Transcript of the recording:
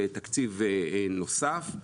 בתקציב נוסף,